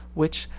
which,